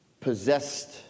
possessed